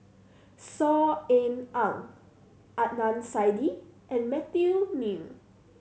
Saw Ean Ang Adnan Saidi and Matthew Ngui